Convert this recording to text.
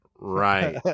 right